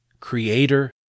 Creator